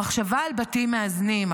המחשבה על בתים מאזנים,